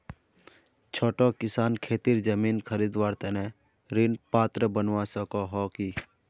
छोटो किसान खेतीर जमीन खरीदवार तने ऋण पात्र बनवा सको हो कि?